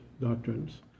doctrines